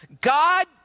God